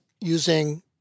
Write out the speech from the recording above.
using